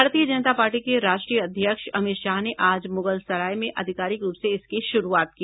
भारतीय जनता पार्टी के राष्ट्रीय अध्यक्ष अमित शाह ने आज मुगलसराय में आधिकारिक रूप से इसकी शुरुआत की